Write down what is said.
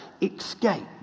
Escape